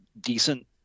decent